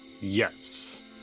Yes